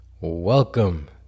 Welcome